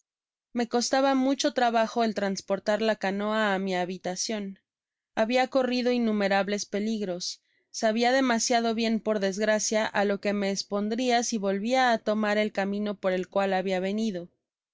me costaba mucho trabajo el transportar la canoa i mi habitacion habia corrido innumerables peligros sabia demasiado bien por desgracia á lo que me espdhdria si volvía á tomar el camino por el cual habia venido con